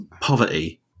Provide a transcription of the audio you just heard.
poverty